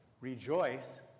rejoice